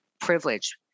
privilege